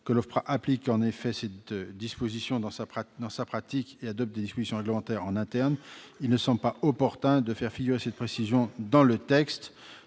que l'OFPRA applique effectivement cette disposition et adopte des dispositions réglementaires en interne, il ne semble pas opportun de faire figurer cette précision dans le texte,